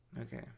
Okay